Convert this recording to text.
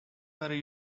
very